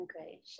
okay